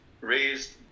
raised